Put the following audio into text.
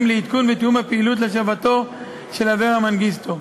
לעדכון ולתיאום הפעילות להשבתו של אברה מנגיסטו.